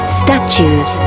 statues